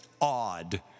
odd